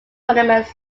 tournaments